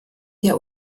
der